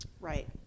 Right